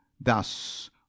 Thus